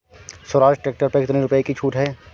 Swaraj tractor पर कितनी रुपये की छूट है?